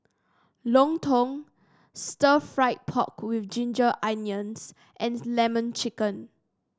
lontong Stir Fried Pork with Ginger Onions and lemon chicken